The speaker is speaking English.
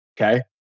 okay